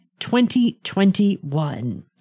2021